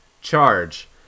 charge